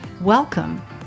Welcome